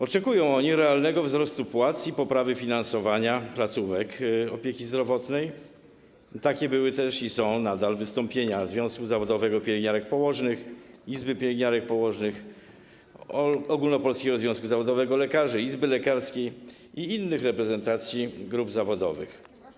Oczekują oni realnego wzrostu płac i poprawy finansowania placówek opieki zdrowotnej i takie były też, i są nadal, wystąpienia związku zawodowego pielęgniarek i położnych, izby pielęgniarek i położnych, Ogólnopolskiego Związku Zawodowego Lekarzy, izby lekarskiej i innych reprezentacji grup zawodowych.